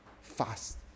fast